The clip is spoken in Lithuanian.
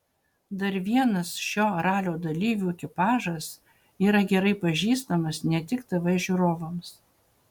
dar vienas šio ralio dalyvių ekipažas yra gerai pažįstamas ne tik tv žiūrovams